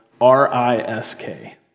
R-I-S-K